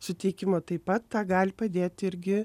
suteikimo taip pat tą gali padėti irgi